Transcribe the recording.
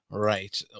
Right